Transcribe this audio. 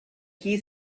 key